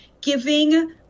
giving